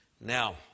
Now